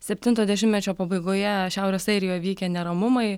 septinto dešimtmečio pabaigoje šiaurės airijoje vykę neramumai